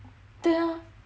对咯